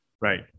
right